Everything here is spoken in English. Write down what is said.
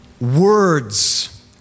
words